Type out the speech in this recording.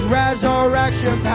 resurrection